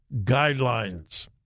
guidelines